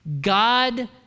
God